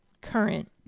current